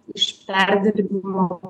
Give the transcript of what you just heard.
iš perdirbimo